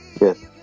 Yes